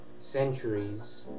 centuries